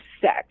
sex